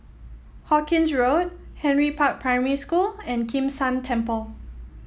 Hawkinge Road Henry Park Primary School and Kim San Temple